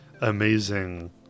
amazing